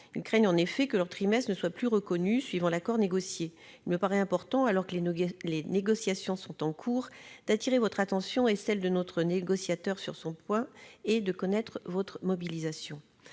Ils craignent, en effet, que leurs trimestres ne soient plus reconnus suivant l'accord négocié. Il me paraît important, alors que les négociations sont en cours, d'attirer votre attention et celle de notre négociateur sur ce point. Quelle est votre mobilisation